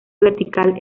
vertical